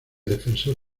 defensor